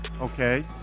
Okay